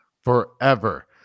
forever